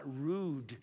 rude